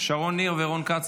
שרון ניר ורון כץ,